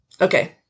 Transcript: Okay